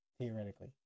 Theoretically